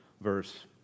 verse